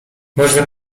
można